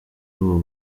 ubu